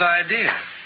idea